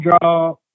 draw